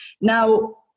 Now